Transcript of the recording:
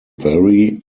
vary